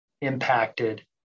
impacted